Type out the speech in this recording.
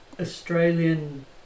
Australian